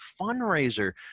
fundraiser